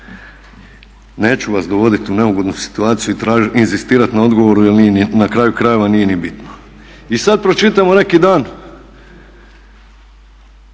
Neću vas dovoditi u neugodnu situaciju i inzistirati na odgovoru jer na kraju krajeva nije ni bitno. I sad pročitamo neki dan